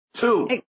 Two